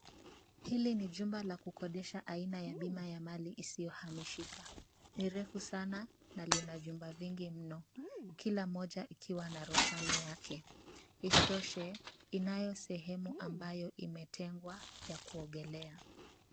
Hili ni jumba la kukodesha aina ya bima ya mali isiyohamishika, ni refu sana na lina vyumba vingi mno, kila moja ikiwa na roshani yake. Isitoshe, inayo sehemu ambayo imetengwa ya kuogelea.